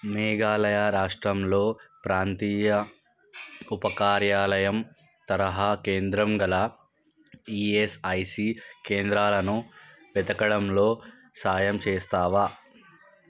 మేఘాలయ రాష్ట్రంలో ప్రాంతీయ ఉపకార్యాలయం తరహా కేంద్రం గల ఈఎస్ఐసి కేంద్రాలను వెతకడంలో సాయం చేస్తావా